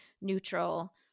neutral